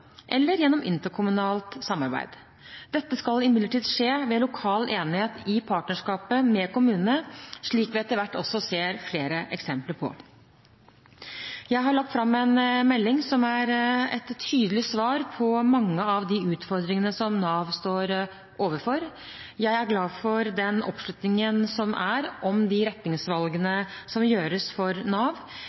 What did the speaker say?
eller gjennom interkommunalt samarbeid. Dette skal imidlertid skje ved lokal enighet i partnerskapet med kommunene, slik vi etter hvert også ser flere eksempler på. Jeg har lagt fram en melding som er et tydelig svar på mange av de utfordringene som Nav står overfor. Jeg er glad for den oppslutningen som er om de retningsvalgene som gjøres for Nav.